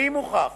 אם הוכח